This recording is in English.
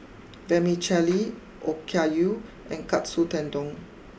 Vermicelli Okayu and Katsu Tendon